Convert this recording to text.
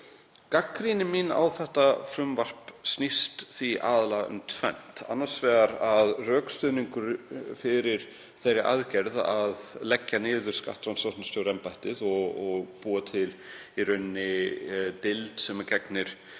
Gagnrýni mín á þetta frumvarp snýst því aðallega um tvennt: Annars vegar að rökstuðningur fyrir þeirri aðgerð að leggja niður skattrannsóknarstjóraembættið og búa til deild sem gegnir